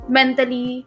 mentally